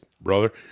brother